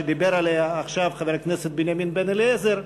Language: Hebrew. שדיבר עליה עכשיו חבר הכנסת בנימין בן-אליעזר,